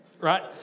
right